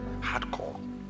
hardcore